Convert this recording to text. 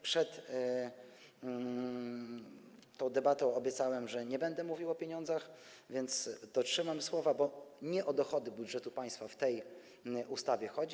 Przed tą debatą obiecałem, że nie będę mówił o pieniądzach, więc dotrzymam słowa, bo nie o dochody budżetu państwa w tej ustawie chodzi.